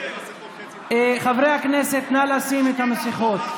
חברי הכנסת, נא לשים את המסכות.